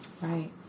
right